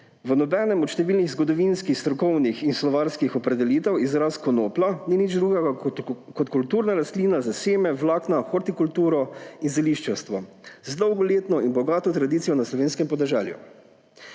V nobeni od številnih zgodovinskih, strokovnih in slovarskih opredelitev izraz konoplja ni nič drugega kot kulturna rastlina za seme, vlakna, hortikulturo in zeliščarstvo z dolgoletno in bogato tradicijo na slovenskem podeželju.